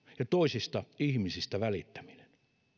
ja toisista ihmisistä välittäminen